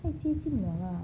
太接近了啦